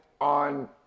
on